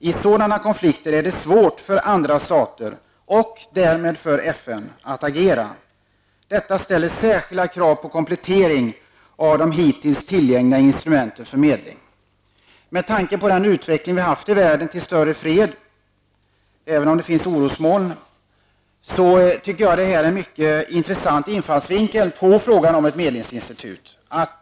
I sådana konflikter är det svårt för andra stater, och därmed för FN, att agera. Detta ställer särskilda krav på komplettering av de hittills tillgängliga instrumenten för medling.'' Med tanke på den utveckling vi haft i världen mot en omfattande fred, även om det finns orosmoln, anser jag att detta är en mycket intressant infallsvinkel på frågan om ett medlingsinstitut.